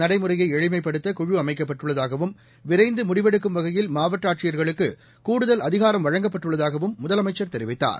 நடைமுறையை எளிமைப்படுத்த e pass குழு அமைக்கப்பட்டுள்ளதாகவும் விரைந்து முடிவெடுக்கும் வகையில் மாவட்ட ஆட்சியர்களுக்கு கூடுதல் அதிகாரம் வழங்கப்பட்டுள்ளதாகவும் முதலமைச்சர் தெரிவித்தார்